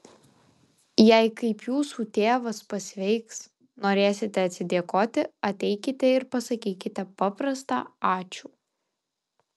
jei kaip jūsų tėvas pasveiks norėsite atsidėkoti ateikite ir pasakykite paprastą ačiū